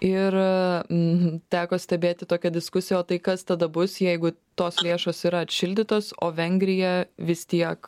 ir a m teko stebėti tokią diskusiją o tai kas tada bus jeigu tos lėšos yra atšildytos o vengrija vis tiek